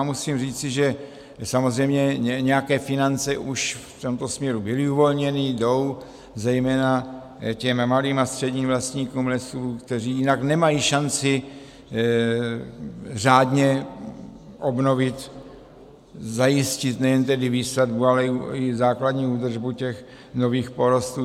Musím říci, že samozřejmě nějaké finance už v tomto směru byly uvolněné, jdou zejména těm malým a středním vlastníkům lesů, kteří jinak nemají šanci řádně obnovit, zajistit nejen tedy výsadbu, ale i základní údržbu těch nových porostů.